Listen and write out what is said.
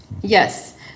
Yes